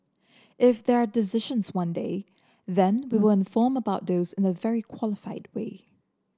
if there decisions one day then we will inform about those in a very qualified way